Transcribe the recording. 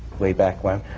way back when,